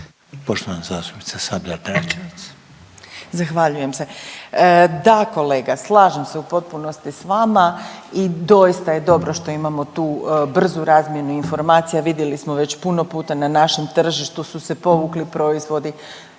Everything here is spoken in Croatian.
Renata (Socijaldemokrati)** Zahvaljujem se. Da, kolega slažem se u potpunosti s vama i doista je dobro što imamo tu brzu razmjenu informacija, vidjeli smo već puno puta na našim tržištu su se povukli proizvodi.